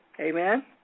Amen